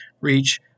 reach